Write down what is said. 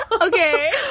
okay